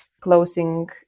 closing